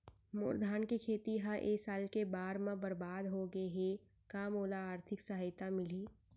मोर धान के खेती ह ए साल के बाढ़ म बरबाद हो गे हे का मोला आर्थिक सहायता मिलही?